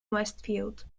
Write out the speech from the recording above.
westfield